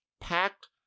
packed